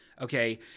Okay